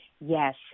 Yes